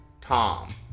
Tom